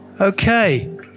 Okay